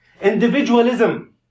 Individualism